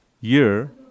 year